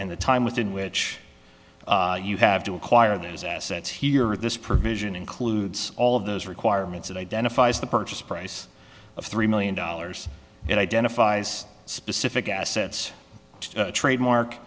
and the time within which you have to acquire those assets here this provision includes all of those requirements that identifies the purchase price of three million dollars it identifies specific assets to trademark